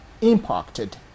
impacted